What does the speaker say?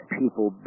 people